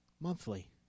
monthly